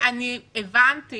הבנתי